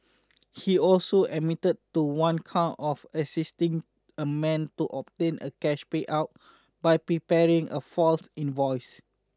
he also admitted to one count of assisting a man to obtain a cash payout by preparing a false invoice